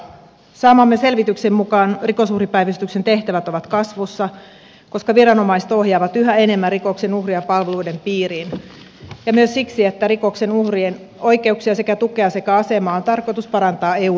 saamamme selvityksen mukaan rikosuhripäivystyksen tehtävät ovat kasvussa koska viranomaiset ohjaavat yhä enemmän rikoksen uhreja palveluiden piiriin ja myös siksi että rikoksen uhrien oikeuksia tukea sekä asemaa on tarkoitus parantaa eu direktiivillä